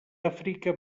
àfrica